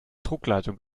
druckleitung